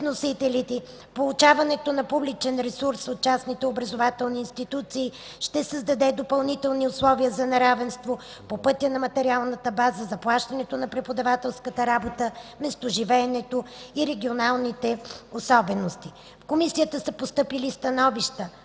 В Комисията са постъпили становища